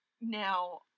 Now